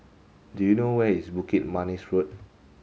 do you know where is Bukit Manis Road